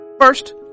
First